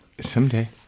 Someday